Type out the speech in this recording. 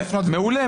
מעולה,